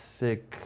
sick